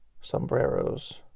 sombreros